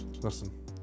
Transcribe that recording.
Listen